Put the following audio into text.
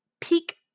peak